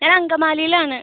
ഞാൻ അങ്കമാലിയിലാണ്